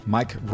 Mike